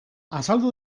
azaldu